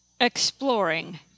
Exploring